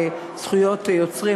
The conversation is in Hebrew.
בזכויות יוצרים,